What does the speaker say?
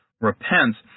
repents